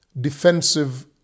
defensive